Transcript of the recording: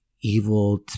evil